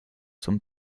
zum